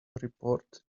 report